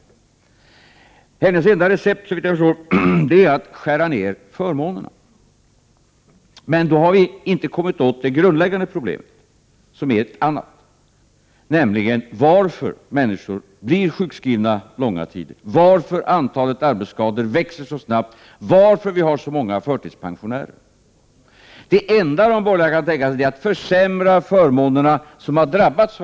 Hennes enda recept är att skära ner förmånerna. Men då har vi inte kommit åt det grundläggande problemet, som är ett annat, nämligen varför människor blir sjukskrivna långa tider, varför antalet arbetsskador växer så snabbt och varför vi har så många förtidspensionerade. Det enda de borgerliga partierna kan tänka sig är att försämra förmånerna för dem som drabbats.